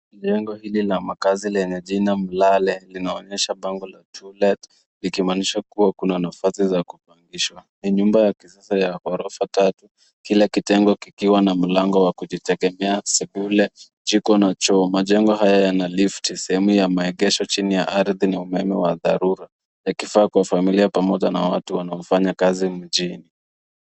Jengo hili la makazi lenye jina mlale linaonyesha bango la to let likimaanisha kuwa kuna nafasi za kubangisha. Ni nyumba ya kisasa ghorogfa tatu, kila kitengo kikiwa na mlango wa kujitegemea, sebule, jiko na choo. Majengo haya yana lifti sehemu ya maegesho chini ya ardhi na umeme wa dharura yakifaa kwa familia na watu wanaofanya kazi mjini.